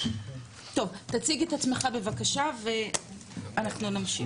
תציג את עצמך בבקשה ואנחנו נמשיך.